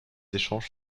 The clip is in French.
échanges